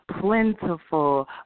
plentiful